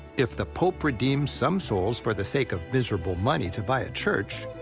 if the pope redeems some souls for the sake of miserable money to buy a church,